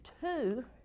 two